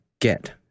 get